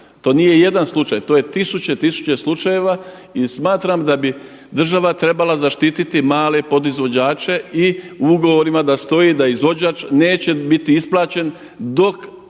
To nije jedan slučaj, to je tisuće i tisuće slučajeva i smatram da bi država trebala zaštiti male podizvođače i u ugovorima da stoji da izvođač neće biti isplaćen dok